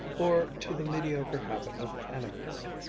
or to the mediocre habit of anecdote,